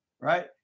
right